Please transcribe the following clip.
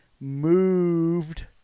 moved